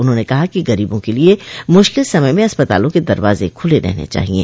उन्होंने कहा कि गरीबों के लिये मुश्किल समय में अस्पतालों के दरवाजे खुले रहने चाहिये